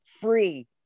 free